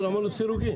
אמרנו לסירוגין.